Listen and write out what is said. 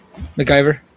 MacGyver